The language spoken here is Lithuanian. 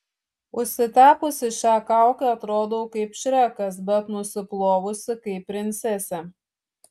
užsitepusi šią kaukę atrodau kaip šrekas bet nusiplovusi kaip princesė